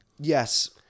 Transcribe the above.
Yes